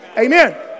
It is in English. Amen